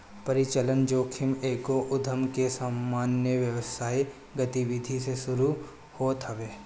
परिचलन जोखिम एगो उधम के सामान्य व्यावसायिक गतिविधि से शुरू होत हवे